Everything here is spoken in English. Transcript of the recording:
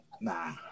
nah